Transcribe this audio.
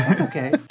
Okay